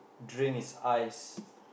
drink is ice